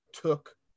took